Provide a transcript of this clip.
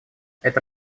эта